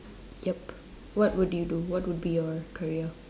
yup what would you do what would be your career